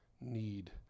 need